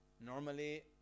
normally